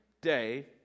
day